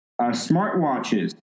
Smartwatches